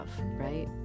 Right